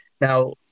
Now